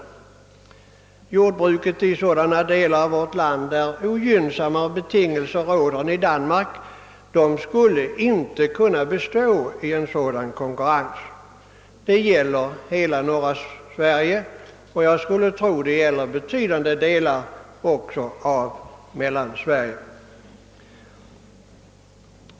Jordbruket i de delar av vårt land där ogynnsammare betingelser än i Danmark råder skulle inte kunna bestå i en dylik konkurrens. Det gäller hela norra Sverige och, skulle jag tro, även betydande delar av Mellansverige.